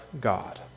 God